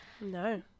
No